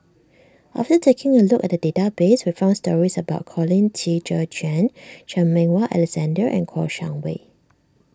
after taking a look at the database we found stories about Colin Qi Zhe Quan Chan Meng Wah Alexander and Kouo Shang Wei